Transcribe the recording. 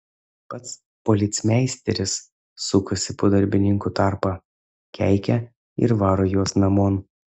pats policmeisteris sukasi po darbininkų tarpą keikia ir varo juos namon